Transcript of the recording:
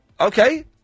Okay